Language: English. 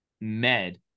med